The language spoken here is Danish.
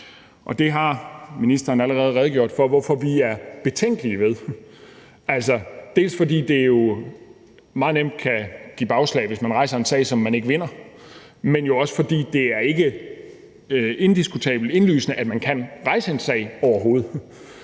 og det har ministeren allerede redegjort for hvorfor vi er betænkelige ved. Det er jo altså, dels fordi det jo meget nemt kan give bagslag, hvis man rejser en sag, som man ikke vinder, dels fordi det ikke er indiskutabelt indlysende, at man overhovedet